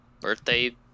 birthday